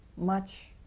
much